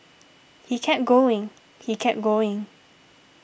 he kept going he kept going